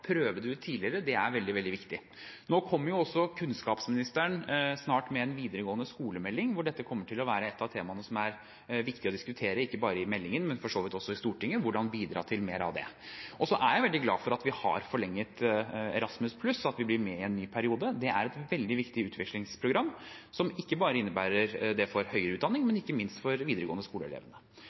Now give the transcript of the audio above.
prøve det ut tidligere er veldig, veldig viktig. Nå kommer jo kunnskapsministeren snart med en melding om videregående skole, hvor dette kommer til å være et av temaene som er viktige å diskutere, ikke bare i meldingen, men for så vidt også i Stortinget – hvordan en kan bidra til mer av det. Så er jeg veldig glad for at vi har forlenget Erasmus+, og at vi blir med i en ny periode. Det er et veldig viktig utvekslingsprogram, ikke bare for studenter i høyere utdanning, men ikke minst for elever i videregående